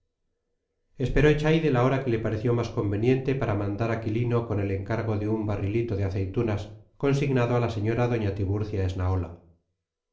camarilla esperó echaide la hora que le pareció más conveniente para mandar a quilino con el encargo de un barrilito de aceitunas consignado a la señora doña tiburcia esnaola